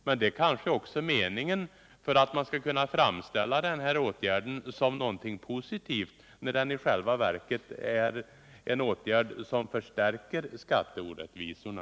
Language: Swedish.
Men det kanske också är meningen för att man skall kunna framställa den här åtgärden som någonting positivt, när det i själva verket är en åtgärd som förstärker skatteorättvisorna.